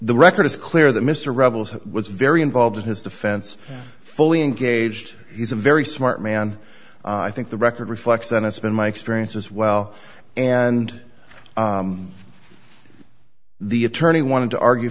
the record is clear that mr rebels was very involved in his defense fully engaged he's a very smart man i think the record reflects that has been my experience as well and the attorney wanted to argue